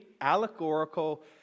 allegorical